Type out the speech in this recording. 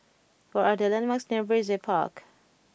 what are the landmarks near Brizay Park